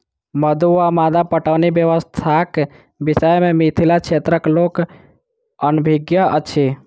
मद्दु वा मद्दा पटौनी व्यवस्थाक विषय मे मिथिला क्षेत्रक लोक अनभिज्ञ अछि